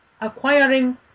acquiring